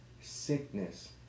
sickness